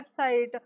website